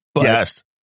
yes